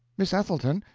miss ethelton!